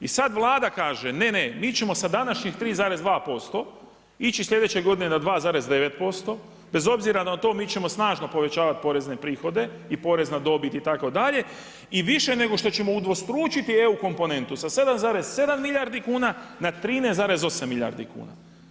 I sada Vlada kaže ne, ne, mi ćemo sa današnjih 3,2% ići sljedeće godine na 2,9% bez obzira na to mi ćemo snažno povećavati porezne prihode i porez na dobit itd. i više nego što ćemo udvostručiti eu komponentu sa 7,7 milijardi kuna na 13,8 milijardi kuna.